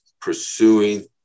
pursuing